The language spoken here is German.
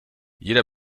jeder